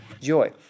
joy